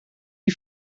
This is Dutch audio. die